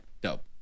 dope